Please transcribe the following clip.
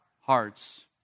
hearts